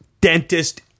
dentist